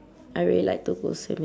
I really like to go swimming